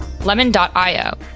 Lemon.io